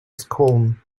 scone